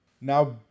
Now